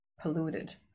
polluted